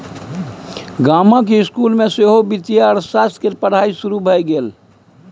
गामक इसकुल मे सेहो वित्तीय अर्थशास्त्र केर पढ़ाई शुरू भए गेल